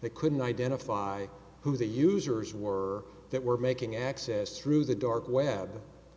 they couldn't identify who the users were that were making access through the dark web